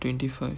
twenty five